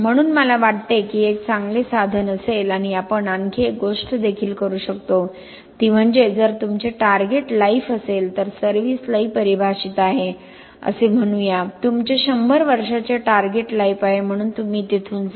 म्हणून मला वाटते की हे एक चांगले साधन असेल आणि आपण आणखी एक गोष्ट देखील करू शकतो ती म्हणजे जर तुमचे टार्गेट लाइफ असेल तर सर्व्हिस लाइफ परिभाषित आहे असे म्हणू या तुमचे 100 वर्षांचे टार्गेट लाइफ आहे म्हणून तुम्ही तिथून जा